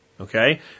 Okay